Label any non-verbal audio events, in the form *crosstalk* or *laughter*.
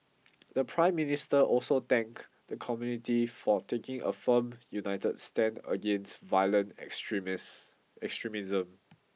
the Prime Minister also thank the community for taking a firm united stand against violent *unintelligible* extremism